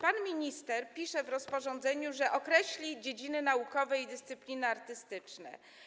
Pan minister pisze w rozporządzeniu, że określi dziedziny naukowe i dyscypliny artystyczne.